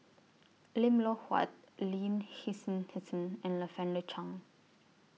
Lim Loh Huat Lin Hsin Hsin and Lavender Chang